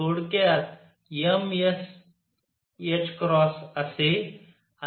थोडक्यात m s असे